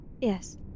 yes